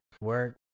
Work